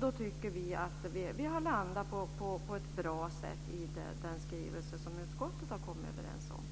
Vi tycker att vi har landat väl i den skrivning som utskottet har kommit överens om.